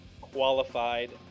qualified